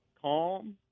calm